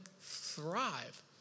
thrive